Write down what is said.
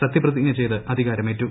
സത്യപ്രതിജ്ഞ ചെയ്ത് അധികാരമേറ്റു